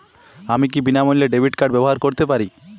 আমি কি বিনামূল্যে ডেবিট কার্ড ব্যাবহার করতে পারি?